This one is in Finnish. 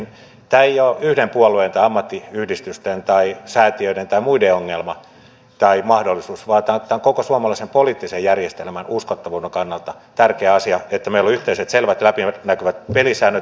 tämä ei ole yhden puolueen tai ammattiyhdistysten tai säätiöiden tai muiden ongelma tai mahdollisuus vaan tämä on koko suomalaisen poliittisen järjestelmän uskottavuuden kannalta tärkeä asia että meillä on yhteiset selvät läpinäkyvät pelisäännöt